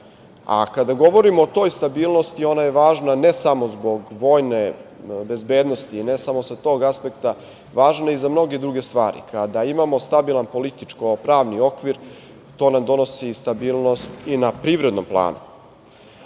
Kada govorimo o toj stabilnosti, ona je važna, ne samo zbog vojne bezbednosti, i ne samo sa tog aspekta, važna je i za mnoge druge stvari. Kada imamo stabilan političko pravni okvir, to nam donosi stabilnost i na privrednom planu. Upravo